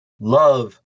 love